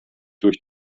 durch